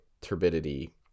turbidity